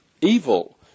evil